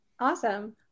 Awesome